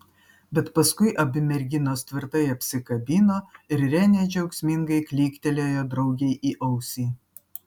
bet paskui abi merginos tvirtai apsikabino ir renė džiaugsmingai klyktelėjo draugei į ausį